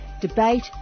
debate